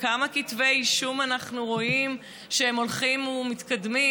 וכמה כתבי אישום אנחנו רואים שהולכים ומתקדמים?